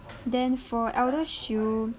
then for eldershield